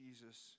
Jesus